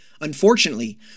Unfortunately